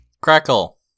Crackle